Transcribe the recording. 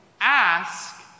ask